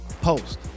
post